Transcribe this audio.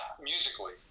musically